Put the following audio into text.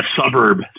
suburb